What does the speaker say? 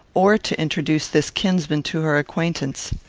or to introduce this kinsman to her acquaintance.